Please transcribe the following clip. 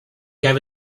gave